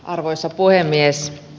arvoisa puhemies